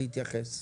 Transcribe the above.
להתייחס.